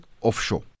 offshore